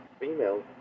female